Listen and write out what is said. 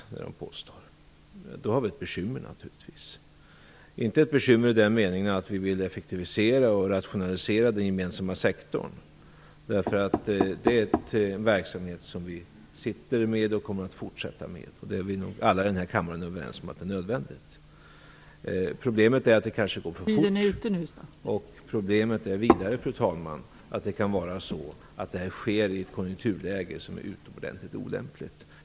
Då har vi naturligtvis ett bekymmer. Det är inte ett bekymmer i den meningen att vi vill effektivera och rationalisera den gemensamma sektorn. Det är en verksamhet som vi sitter med och kommer att fortsätta med, och alla i den här kammaren är nog överens om att det är nödvändigt. Problemet är att det kanske går för fort. Problemet är vidare, fru talman, att det här kanske sker i ett konjunkturläge som är utomordentligt olämpligt.